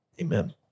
amen